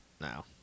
No